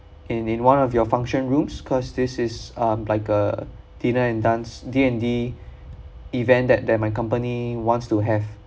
in in one of your function rooms cause this is um like a dinner and dance D&D event that that my company wants to have